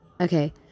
Okay